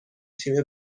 تیم